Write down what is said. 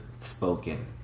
spoken